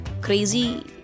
crazy